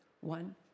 one